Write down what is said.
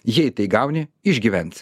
jei tai gauni išgyvens